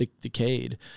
decayed